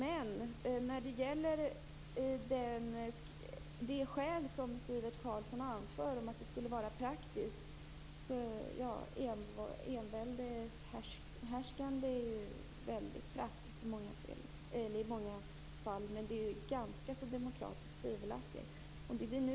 Men när det gäller det Sivert Carlsson anför att det är fråga om att detta är praktiskt, kan jag bara säga att enväldeshärskande i många fall är praktiskt men demokratiskt tvivelaktigt.